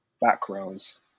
backgrounds